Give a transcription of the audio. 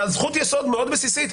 לקחת לי את זכות היסוד המאוד בסיסית,